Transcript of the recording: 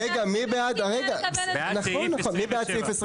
לא, זה לא סתם --- רגע, מי בעד סעיף 27?